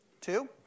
Two